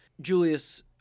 Julius